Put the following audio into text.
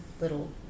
little